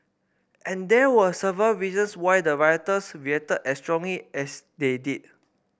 and there were several reasons why the rioters reacted as strongly as they did